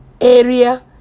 area